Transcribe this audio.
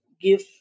give